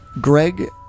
Greg